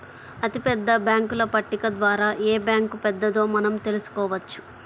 అతిపెద్ద బ్యేంకుల పట్టిక ద్వారా ఏ బ్యాంక్ పెద్దదో మనం తెలుసుకోవచ్చు